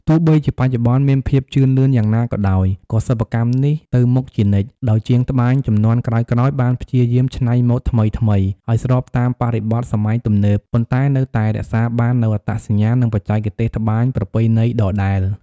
ទោះបីជាបច្ចុប្បន្នមានភាពជឿនលឿនយ៉ាងណាក៏ដោយ ក៏សិប្បកម្មនេះទៅមុខជានិច្ច ដោយជាងត្បាញជំនាន់ក្រោយៗបានព្យាយាមច្នៃម៉ូដថ្មីៗ ឱ្យស្របតាមបរិបទសម័យទំនើប ប៉ុន្តែនៅតែរក្សាបាននូវអត្តសញ្ញាណ និងបច្ចេកទេសត្បាញប្រពៃណីដដែល។